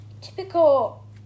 Typical